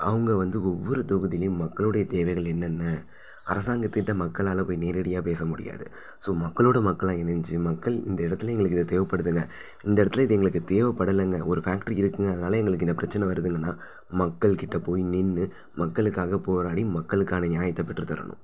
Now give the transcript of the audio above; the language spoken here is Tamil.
அவங்க வந்து ஒவ்வொரு தொகுதியிலேயும் மக்களோடைய தேவைகள் என்னென்ன அரசாங்கத்திட்ட மக்களால் போய் நேரடியாக பேச முடியாது ஸோ மக்களோடு மக்களாக இணஞ்சு மக்கள் இந்த இடத்துல எங்களுக்கு இது தேவைப்படுதுங்க இந்த இடத்துல இது எங்களுக்கு தேவைப்படலங்க ஒரு ஃபேக்ட்ரி இருக்குதுங்க அதனால் எங்களுக்கு இந்த பிரச்சனை வருதுங்கன்னா மக்கள் கிட்ட போய் நின்னு மக்களுக்காக போராடி மக்களுக்கான நியாயத்தை பெற்று தரணும்